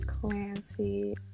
Clancy